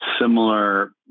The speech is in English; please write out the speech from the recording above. similar